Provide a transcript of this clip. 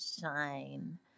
shine